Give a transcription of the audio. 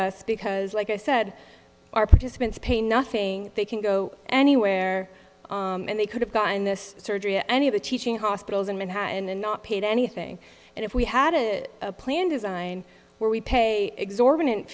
us because like i said our participants pay nothing they can go anywhere and they could have gotten this surgery at any of the teaching hospitals in manhattan and not paid anything and if we had it a plan design where we pay exorbitant